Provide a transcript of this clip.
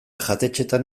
jatetxeetan